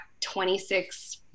26